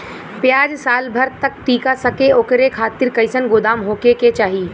प्याज साल भर तक टीका सके ओकरे खातीर कइसन गोदाम होके के चाही?